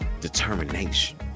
determination